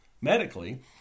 Medically